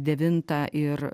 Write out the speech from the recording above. devintą ir